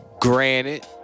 Granted